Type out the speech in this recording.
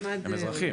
הם אזרחים.